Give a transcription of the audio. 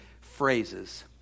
phrases